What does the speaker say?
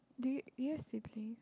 do you do you have siblings